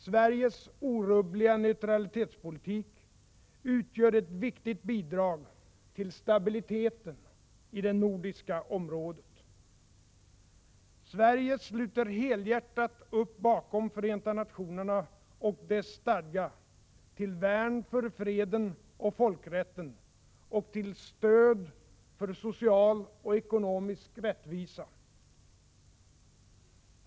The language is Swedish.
Sveriges orubbliga neutralitetspolitik utgör ett viktigt bidrag till stabiliteten i det nordiska området. Sverige sluter helhjärtat upp bakom Förenta nationerna och dess stadga till värn för freden och folkrätten och till stöd för social och ekonomisk rättvisa.